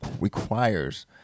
requires